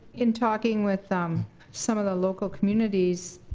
in talking with um some of the local communities,